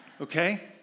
Okay